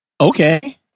Okay